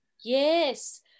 Yes